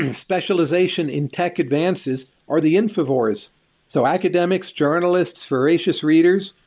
and specialization in tech advances are the infovores so academics, journalists, veracious readers.